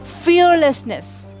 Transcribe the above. fearlessness